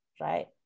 right